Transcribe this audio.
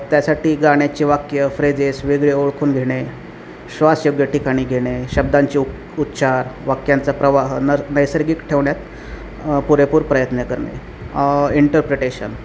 त्यासाठी गाण्याचे वाक्य फ्रेजेस वेगळे ओळखून घेणे श्वास योग्य ठिकाणी घेणे शब्दांचे उ उच्चार वाक्यांचा प्रवाह न नैसर्गिक ठेवण्यात पुरेपूर प्रयत्न करणे इंटरप्रिटेशन